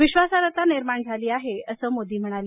विश्वासार्हता निर्माण झाली आहे असं मोदी म्हणाले